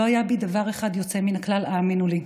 לא היה בי דבר אחד יוצא מן הכלל, האמינו לי.